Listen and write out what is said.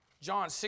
John